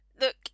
Look